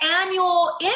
annual